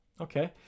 Okay